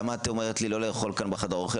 למה את אומרת לי לא לאכול כאן בחדר האוכל?